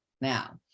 now